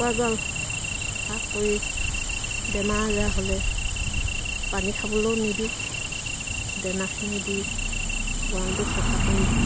কোৱা গঁৰাল চফা কৰি বেমাৰ আজাৰ হ'লে পানী খাবলৈও নিদিওঁ দেনাখিনি দি গঁৰালটো চফা কৰি